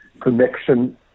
connection